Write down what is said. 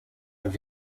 are